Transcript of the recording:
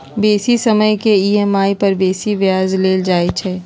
बेशी समय के ई.एम.आई पर बेशी ब्याज लेल जाइ छइ